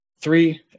Three